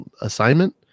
assignment